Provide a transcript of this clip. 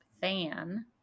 fan